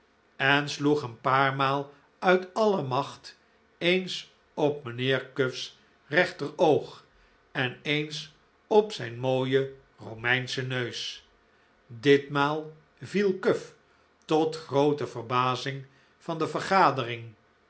en sloeg een paar maal uit alle macht eens op mijnheer cuff's rechter oog en eens op zijn mooien romeinschen neus ditmaal viel cuff tot groote verbazing van de vergadering